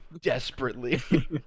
desperately